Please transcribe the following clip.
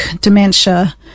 dementia